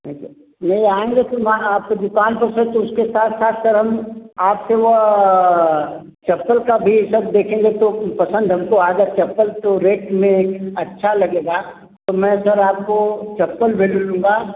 thank you यह आएँगे सुबाह आप के दुकान तो सर तो उसके साथ साथ सर हम आप से वह चप्पल का भी सब देखेंगे तो पसंद हमको आ जाए चप्पल तो रेट में अच्छा लगेगा तो मैं सर आपको चप्पल भी लूँगा